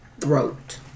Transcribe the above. throat